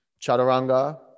chaturanga